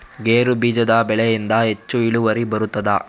ಗೇರು ಬೀಜದ ಬೆಳೆಯಿಂದ ಹೆಚ್ಚು ಇಳುವರಿ ಬರುತ್ತದಾ?